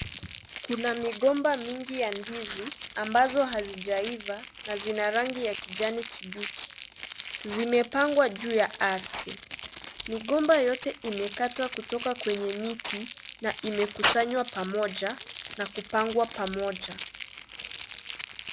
Kuna migomba mingi ya ndizi ambazo hazijaivaa na zina rangi ya kijani kibichi zimepangwa juu ya ardhi migomba yote imekatwa kutoka kwenye miti na imekusanywa pamoja na kupangwa pamoja.